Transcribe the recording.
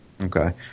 Okay